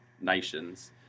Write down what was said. nations